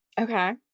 Okay